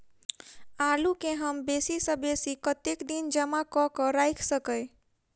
आलु केँ हम बेसी सऽ बेसी कतेक दिन जमा कऽ क राइख सकय